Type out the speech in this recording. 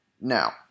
Now